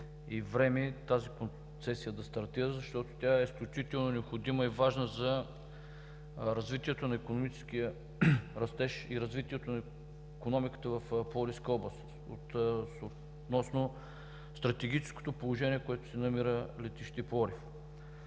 в кратки срокове и време, защото тя е изключително необходима и важна за развитието на икономическия растеж и развитието на икономиката в Пловдивска област заради стратегическото положение, в което се намира летище Пловдив.